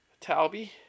Talby